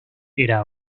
era